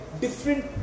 different